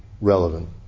relevant